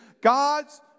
God's